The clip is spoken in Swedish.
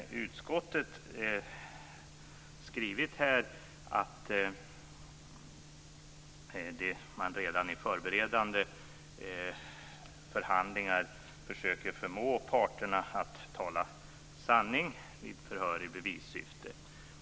Utskottet skriver att man redan i förberedande förhandlingar försöker förmå parterna att tala sanning vid förhör i bevissyfte.